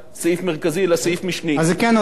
אז זה כן עולה למדינה, רק זה עולה באופן שוויוני.